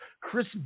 Chris